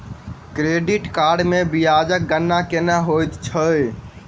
credit card मे ब्याजक गणना केना होइत छैक